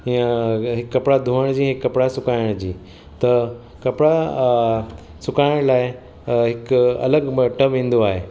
हीअं हिक कपिड़ा धोयण जी हिक कपिड़ा सुकायण जी त कपिड़ा अ सुकायण लाइ अ हिकु अलॻि टब ईंदो आहे